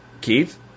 Keith